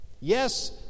Yes